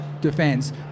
defense